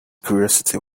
curiosity